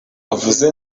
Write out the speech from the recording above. avuze